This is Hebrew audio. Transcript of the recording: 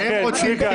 אין פה ---.